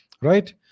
right